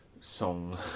song